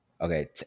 Okay